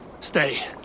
Stay